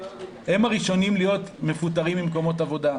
הם הראשונים להיות מפוטרים ממקומות עבודה,